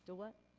ah what?